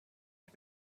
die